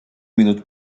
minut